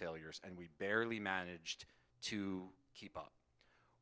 failures and we've barely managed to keep